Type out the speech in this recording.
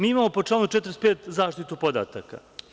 Mi imamo po članu 45. zaštitu podataka.